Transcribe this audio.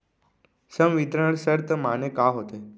संवितरण शर्त माने का होथे?